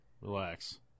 Relax